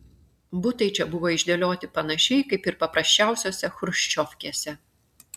butai čia buvo išdėlioti panašiai kaip ir paprasčiausiose chruščiovkėse